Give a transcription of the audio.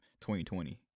2020